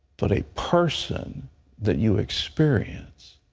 but a person that you experience,